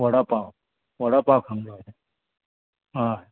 वडा पाव वडा पाव खावंक जावो हय